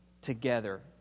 together